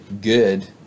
good